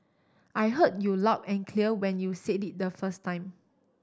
I heard you loud and clear when you said it the first time